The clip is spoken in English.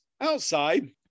outside